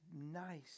nice